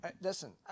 Listen